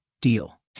Deal